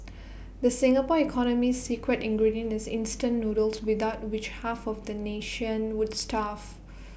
the Singapore economy's secret ingredient is instant noodles without which half of the nation would starve